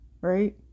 Right